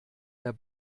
der